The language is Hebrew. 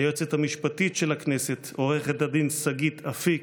היועצת המשפטית של הכנסת עו"ד שגית אפיק,